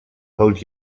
hold